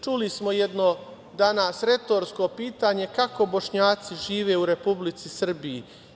Čuli smo jedno retorsko pitanje, kako Bošnjaci žive u Republici Srbiji?